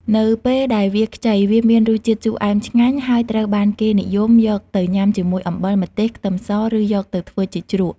នៅពេលដែលវាខ្ចី វាមានរសជាតិជូរអែមឆ្ងាញ់ ហើយត្រូវបានគេនិយមយកទៅញ៉ាំជាមួយអំបិល ម្ទេស ខ្ទឹមស ឬយកទៅធ្វើជាជ្រក់។